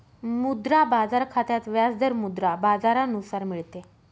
मुद्रा बाजार खात्यात व्याज दर मुद्रा बाजारानुसार मिळते